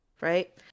Right